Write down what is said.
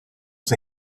was